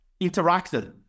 interacted